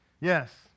Yes